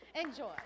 Enjoy